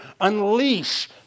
unleash